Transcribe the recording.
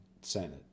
senate